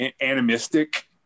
animistic